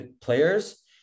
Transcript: players